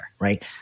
right